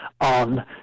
on